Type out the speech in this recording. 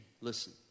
Listen